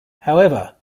however